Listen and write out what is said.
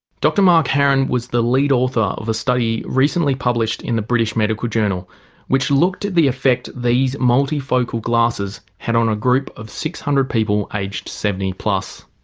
dr mark haran was the lead author of a study recently published in the british medical journal which looked at the effect these multifocal glasses had on a group of six hundred people aged seventy plus.